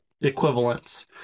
equivalents